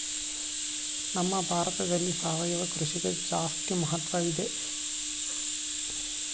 ನಮ್ಮ ಭಾರತದಲ್ಲಿ ಸಾವಯವ ಕೃಷಿಗೆ ಜಾಸ್ತಿ ಮಹತ್ವ ಇಲ್ಲ ಯಾಕೆ?